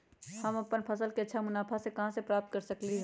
हम अपन फसल से अच्छा मुनाफा कहाँ से प्राप्त कर सकलियै ह?